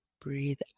Breathe